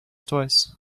twice